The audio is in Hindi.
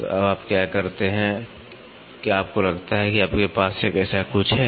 तो अब आप क्या करते हैं क्या आपको लगता है कि आपके पास ऐसा कुछ है